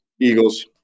Eagles